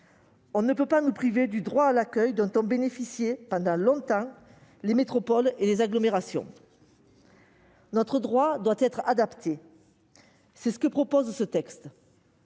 loi ne peut pas nous priver du droit à l'accueil dont ont bénéficié pendant longtemps les métropoles et les agglomérations. Notre législation doit être adaptée. Tel est l'objectif de ce texte,